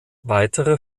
weitere